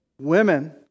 women